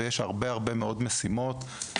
אבל יש עוד הרבה מאוד משימות שאפשר